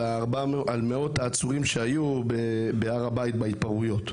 מאות העצורים שהיו בהתפרעויות בהר הבית.